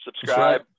Subscribe